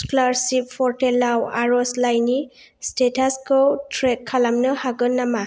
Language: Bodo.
स्क'लारसिप पर्टेलाव आर'जलाइनि स्टेटासखौ ट्रेक खालामनो हागोन नामा